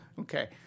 okay